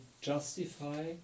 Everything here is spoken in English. justify